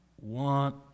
want